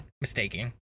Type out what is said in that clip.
Mistaking